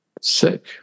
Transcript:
Sick